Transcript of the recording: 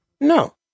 No